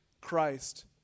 Christ